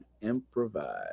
Improvise